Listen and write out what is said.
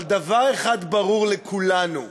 אבל דבר אחד ברור לכולנו: